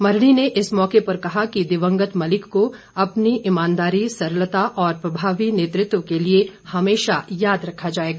मरढ़ी ने इस मौके पर कहा दिवंगत मलिक को अपनी ईमानदारी सरलता और प्रभावी नेतृत्व के लिए हमेशा याद रखा जाएगा